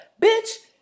bitch